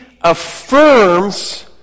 affirms